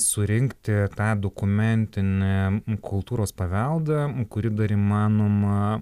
surinkti tą dokumentinį kultūros paveldą kurį dar įmanoma